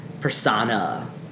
persona